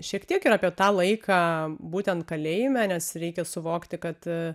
šiek tiek ir apie tą laiką būtent kalėjime nes reikia suvokti kad